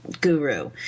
guru